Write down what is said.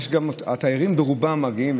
התיירים ברובם מגיעים,